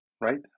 right